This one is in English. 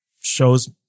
shows